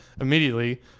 immediately